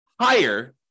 higher